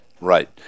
Right